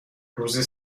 روزی